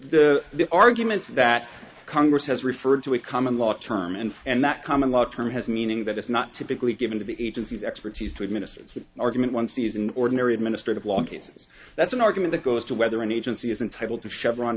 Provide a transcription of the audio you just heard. if the argument that congress has referred to a common law term and and that common law term has meaning that it's not typically given to the agencies expertise to administer its argument one sees in ordinary administrative law cases that's an argument that goes to whether an agency is entitled to chevron